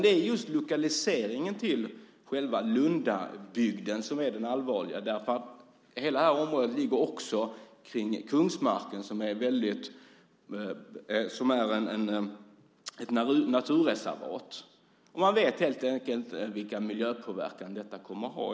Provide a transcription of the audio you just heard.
Det är just lokaliseringen till Lundabygden som är det allvarliga. Hela det här området ligger också vid Kungsmarken, som är ett naturreservat, och man vet helt enkelt inte vilken miljöpåverkan detta kommer att ha.